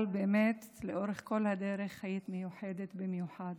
אבל באמת לאורך כל הדרך היית מיוחדת במיוחד.